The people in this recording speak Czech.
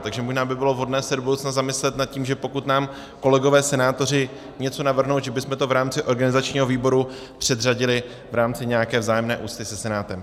Takže možná by bylo vhodné se do budoucna zamyslet nad tím, že pokud nám kolegové senátoři něco navrhnou, že bychom to v rámci organizačního výboru předřadili v rámci nějaké vzájemné úcty se Senátem.